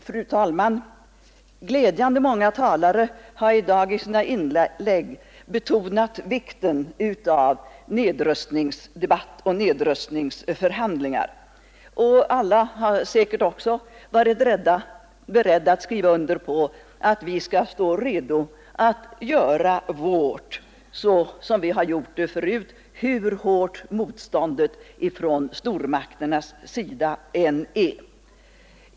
Fru talman! Glädjande många talare har i dag i sina inlägg betonat vikten av nedrustningsdebatt och nedrustningsförhandlingar. Alla har säkert också varit beredda att skriva under på att vi skall stå redo att göra vårt såsom vi har gjort förut, hur hårt motståndet från stormakternas sida än är.